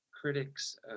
critics